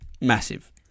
massive